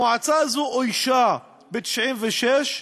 המועצה הזו אוישה ב-1996,